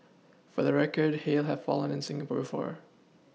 for the record hail have fallen in Singapore before